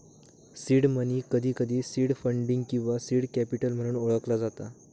seed money, कधीकधी seed funding किंवा seed capital म्हणून ओळखला जाता